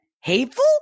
hateful